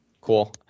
Cool